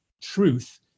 truth